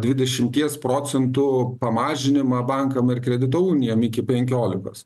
dvidešimties procentų pamažinimą bankam ar kredito unijom iki penkiolikos